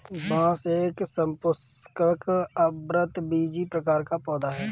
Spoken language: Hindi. बांस एक सपुष्पक, आवृतबीजी प्रकार का पौधा है